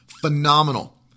Phenomenal